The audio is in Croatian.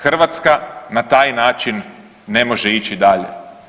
Hrvatska na taj način ne može ići dalje.